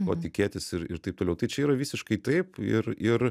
ko tikėtis ir ir taip toliau tai čia yra visiškai taip ir ir